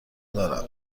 دارم